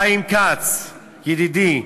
חיים כץ ידידי,